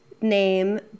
name